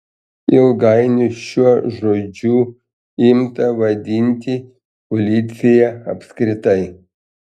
ilgainiui šiuo žodžiu imta vadinti policiją apskritai